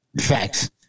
Facts